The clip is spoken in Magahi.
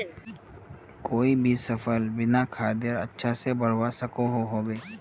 कोई भी सफल बिना खादेर अच्छा से बढ़वार सकोहो होबे?